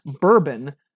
bourbon